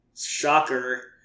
shocker